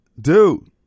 dude